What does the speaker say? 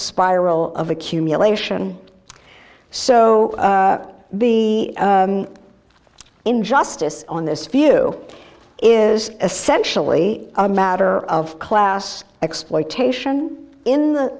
spiral of accumulation so the injustice on this view is essentially a matter of class exploitation in